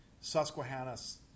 Susquehanna's